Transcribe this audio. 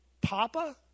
papa